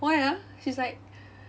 why ah she's like